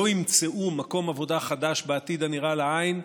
לא ימצאו מקום עבודה חדש בעתיד הנראה לעין,